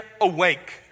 awake